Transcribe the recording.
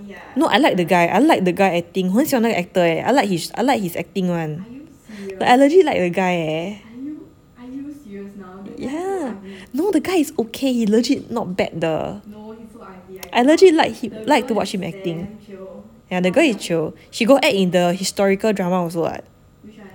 no I like the guy I like the guy acting 我很喜欢那个 eh I like his I like his acting [one] like I legit like the guy eh yeah no the guy is okay he legit not bad 的 I legit like him like to watch him acting yeah the girl is chio she got act in the historical drama also [what]